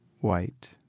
white